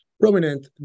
prominent